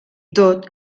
tot